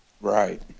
Right